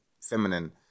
feminine